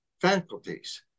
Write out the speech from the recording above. faculties